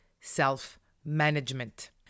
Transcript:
self-management